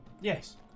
Yes